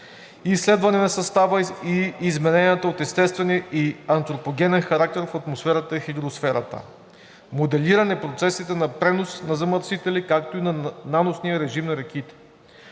изследване на състава и измененията от естествен и антропогенен характер в атмосферата и хидросферата; моделиране процесите на пренос на замърсители, както и на наносния режим на реките;